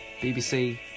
BBC